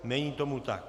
Není tomu tak.